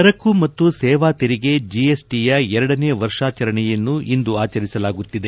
ಸರಕು ಮತ್ತು ಸೇವಾ ತೆರಿಗೆ ಜಿಎಸ್ಟಿಯ ಎರಡನೇ ವರ್ಷಾಚರಣೆಯನ್ನು ಇಂದು ಆಚರಿಸಲಾಗುತ್ತಿದೆ